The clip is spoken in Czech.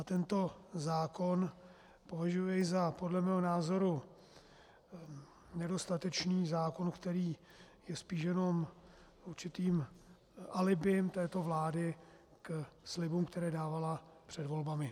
Tento zákon považuji za podle mého názoru nedostatečný zákon, který je spíš jenom určitým alibi této vlády ke slibům, které dávala před volbami.